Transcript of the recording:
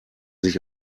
sich